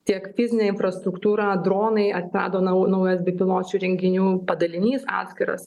tiek fizinė infrastruktūra dronai atsirado nau naujas bepiločių įrenginių padalinys atskiras